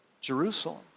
Jerusalem